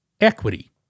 equity